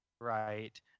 right